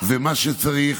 ומה שצריך,